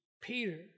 Peter